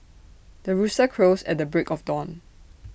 the rooster crows at the break of dawn